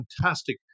fantastic